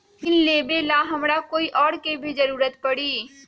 ऋन लेबेला हमरा कोई और के भी जरूरत परी?